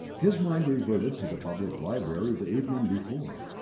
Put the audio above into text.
his mind reverted to the public library the evening before.